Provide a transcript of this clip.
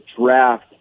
draft